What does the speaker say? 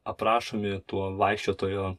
aprašomi tuo vaikščiotojo